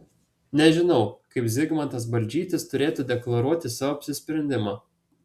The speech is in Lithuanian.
nežinau kaip zigmantas balčytis turėtų deklaruoti savo apsisprendimą